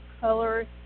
color